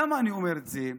למה אני אומר את זה?